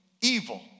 evil